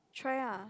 try lah